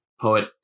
Poet